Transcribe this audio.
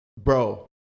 Bro